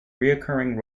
recurring